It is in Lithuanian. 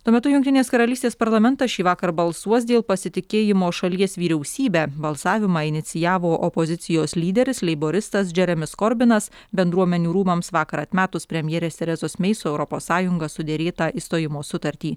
tuo metu jungtinės karalystės parlamentas šįvakar balsuos dėl pasitikėjimo šalies vyriausybe balsavimą inicijavo opozicijos lyderis leiboristas džeremis korbinas bendruomenių rūmams vakar atmetus premjerės terezos mei su europos sąjunga suderėtą išstojimo sutartį